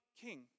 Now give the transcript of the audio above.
king